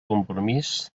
compromís